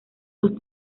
los